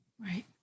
Right